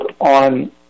on